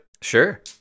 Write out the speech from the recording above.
Sure